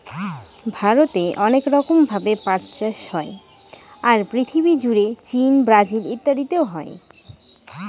ভারতে অনেক রকম ভাবে পাট চাষ হয়, আর পৃথিবী জুড়ে চীন, ব্রাজিল ইত্যাদিতে হয়